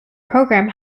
program